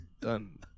Done